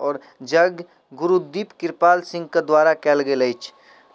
आओर जग गुरु दीप कृपाल सिंहके द्वारा कयल गेल अछि